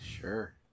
Sure